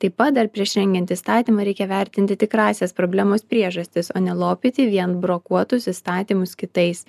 taip pat dar prieš rengiant įstatymą reikia vertinti tikrąsias problemos priežastis o ne lopyti vien brokuotus įstatymus kitais